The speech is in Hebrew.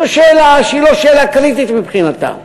זאת שאלה שהיא לא קריטית מבחינתם.